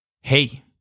Hey